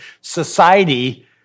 society